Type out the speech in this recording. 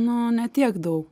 nu ne tiek daug